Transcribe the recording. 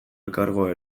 elkargoa